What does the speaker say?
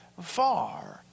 far